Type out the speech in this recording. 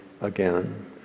again